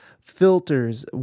filters